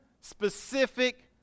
specific